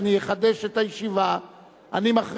אני מתאר